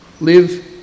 Live